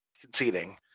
conceding